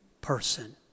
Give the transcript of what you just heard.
person